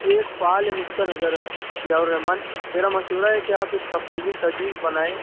یہ ایک فعال نقطۂ نظر ہے ضیاء الرّحمان میرا مشورہ ہے کہ آپ ایک تفصیلی تجویز بنائیں